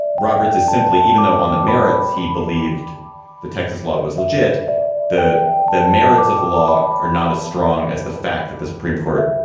roberts is simply even though on the merits he believed the texas law was logit to the merits of the law are not as strong as the fact that the supreme court.